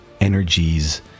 energies